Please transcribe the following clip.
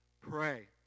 pray